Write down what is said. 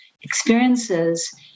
experiences